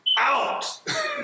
out